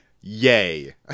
Yay